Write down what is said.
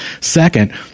Second